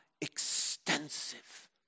extensive